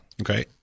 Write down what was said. okay